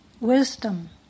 wisdom